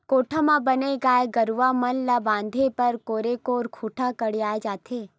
कोठा म बने गाय गरुवा मन ल बांधे बर कोरे कोर खूंटा गड़ियाये जाथे